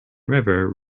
river